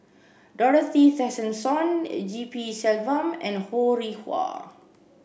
Dorothy Tessensohn G P Selvam and Ho Rih Hwa